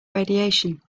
radiation